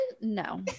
No